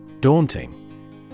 Daunting